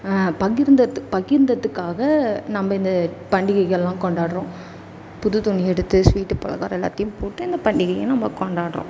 பகிர்ந்தது பகிர்ந்ததுக்காக நம்ம இந்த பண்டிகைகளெல்லாம் கொண்டாடுறோம் புது துணி எடுத்து ஸ்வீட்டு பலகாரம் எல்லாத்தையும் போட்டு இந்த பண்டிகையை நம்ம கொண்டாடுறோம்